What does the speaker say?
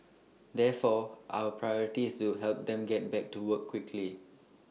therefore our priority is to help them get back to work quickly